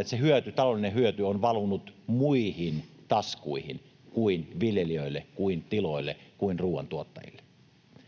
ja se hyöty, taloudellinen hyöty, ovat valuneet muihin taskuihin kuin viljelijöille, kuin tiloille, kuin ruuantuottajille.